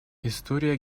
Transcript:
история